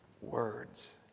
words